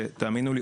שתאמינו לי,